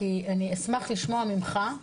אני אשמח לשמוע ממך,